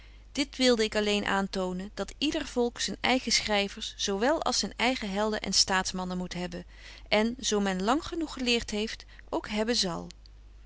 dit wilde ik alleen aantonen dat yder volk zyn eigen schryvers zo wel als zyn eigen helden en staatsmannen moet hebben en zo men lang genoeg geleerd heeft ook hebben zal